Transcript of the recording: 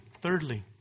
Thirdly